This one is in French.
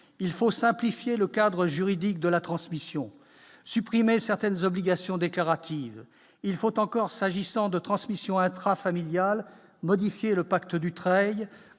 il faut simplifier le cadre juridique de la transmission supprimer certaines obligations déclaratives, il faut encore s'agissant de transmission intrafamiliale modifier le pacte Dutreil